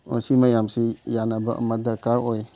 ꯃꯁꯤ ꯃꯌꯥꯝꯁꯤ ꯌꯥꯟꯅꯕ ꯑꯃ ꯗꯔꯀꯥꯔ ꯑꯣꯏ